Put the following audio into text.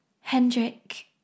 Hendrik